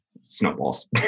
snowballs